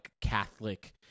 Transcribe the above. Catholic